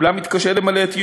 אולם מתקשה למלא את ייעודו.